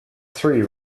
three